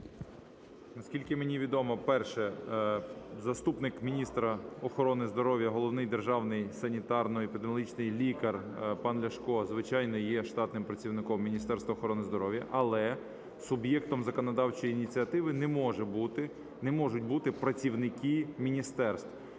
Наскільки мені відомо, перше, заступник міністра охорони здоров'я - Головний державний санітарно-епідеміологічний лікар пан Ляшко, звичайно, є штатним працівником Міністерства охорони здоров'я. Але суб'єктом законодавчої ініціативи не можуть бути працівники міністерств,